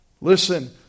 listen